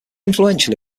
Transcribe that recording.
influential